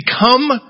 become